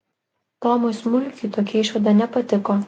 tomui smulkiui tokia išvada nepatiko